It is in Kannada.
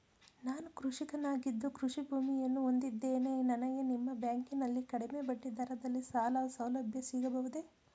ನಾನು ಕೃಷಿಕನಾಗಿದ್ದು ಕೃಷಿ ಭೂಮಿಯನ್ನು ಹೊಂದಿದ್ದೇನೆ ನನಗೆ ನಿಮ್ಮ ಬ್ಯಾಂಕಿನಲ್ಲಿ ಕಡಿಮೆ ಬಡ್ಡಿ ದರದಲ್ಲಿ ಸಾಲಸೌಲಭ್ಯ ಸಿಗಬಹುದೇ?